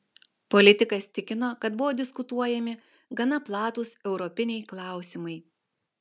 politikas tikino kad buvo diskutuojami gana platūs europiniai klausimai